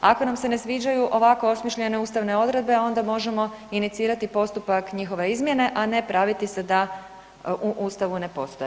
Ako nam se ne sviđaju ovako osmišljene ustavne odredbe onda možemo inicirati postupak njihove izmjene, a ne praviti se da u Ustavu ne postoje.